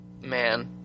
man